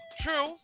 True